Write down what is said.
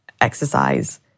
exercise